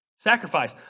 Sacrifice